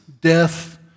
death